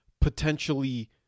potentially